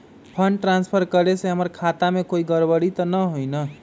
Fund transfer करे से हमर खाता में कोई गड़बड़ी त न होई न?